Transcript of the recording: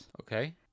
Okay